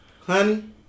honey